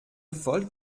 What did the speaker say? wollt